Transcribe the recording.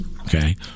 Okay